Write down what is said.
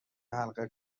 حلقه